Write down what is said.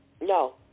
No